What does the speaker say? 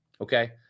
okay